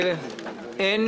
אין